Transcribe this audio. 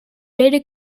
data